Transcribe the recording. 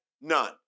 none